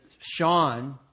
Sean